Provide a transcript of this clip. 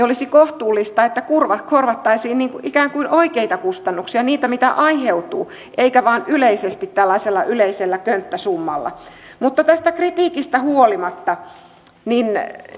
olisi kohtuullista että korvattaisiin ikään kuin oikeita kustannuksia niitä mitä aiheutuu eikä vain yleisesti tällaisella yleisellä könttäsummalla mutta tästä kritiikistä huolimatta